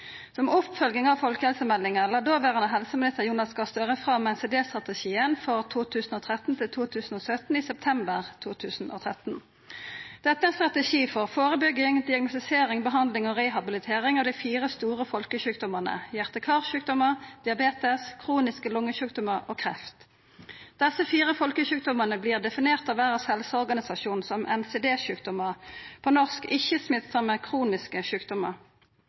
Som oppfølging av folkehelsemeldinga la dåverande helseminister Jonas Gahr Støre fram NCD-strategien for 2013–2017 i september 2013. Dette er ein strategi for førebygging, diagnostisering, behandling og rehabilitering av dei fire store folkesjukdommane: hjarte- og karsjukdommar, diabetes, kroniske lungesjukdommar og kreft. Desse fire folkesjukdommane vert definerte av Verdas helseorganisasjon som NCD-sjukdommar – på norsk: ikkje-smittsame, kroniske sjukdommar.